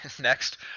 next